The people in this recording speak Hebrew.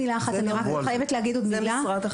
אני רק חייבת להגיד עוד משפט.